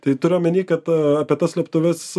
tai turiu omeny kad apie tas slėptuves